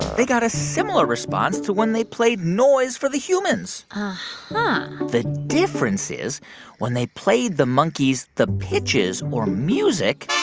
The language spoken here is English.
they got a similar response to when they played noise for the humans uh-huh the difference is when they played the monkeys the pitches or music.